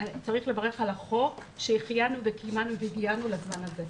צריך לברך על החוק שהחיינו וקיימנו והגיענו לזמן הזה.